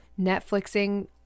Netflixing –